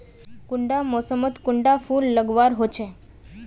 कुंडा मोसमोत कुंडा फुल लगवार होछै?